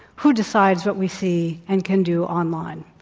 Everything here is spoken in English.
who decides what we see and can do online?